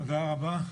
תודה רבה.